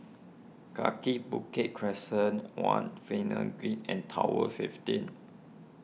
Kaki Bukit Crescent one Finlay Green and Tower fifteen